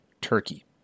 Turkey